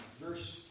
verse